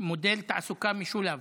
מודל תעסוקה משולב.